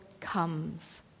comes